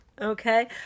Okay